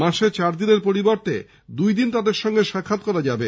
মাসে চার দিনের পরিবর্তে দুই দিন তাদের সঙ্গে সাক্ষাৎ করা যাবে